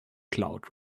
cloud